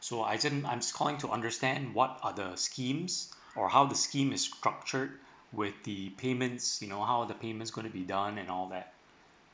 so I just I'm calling to understand what are the schemes or how the scheme is structured with the payments you know how the payment gonna be done and all that